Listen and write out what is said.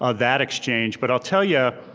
ah that exchange. but i'll tell ya,